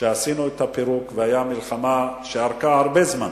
שעשינו את הפירוק והיתה מלחמה שארכה הרבה זמן,